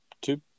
two